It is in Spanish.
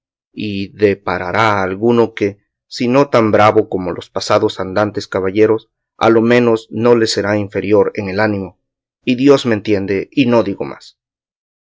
y deparará alguno que si no tan bravo como los pasados andantes caballeros a lo menos no les será inferior en el ánimo y dios me entiende y no digo más